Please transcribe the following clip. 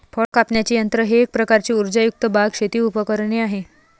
फळ कापण्याचे यंत्र हे एक प्रकारचे उर्जायुक्त बाग, शेती उपकरणे आहे